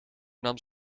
nam